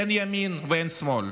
אין ימין ואין שמאל.